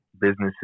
businesses